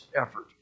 effort